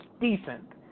Decent